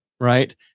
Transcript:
Right